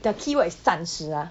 the keyword 暂时啊